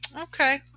Okay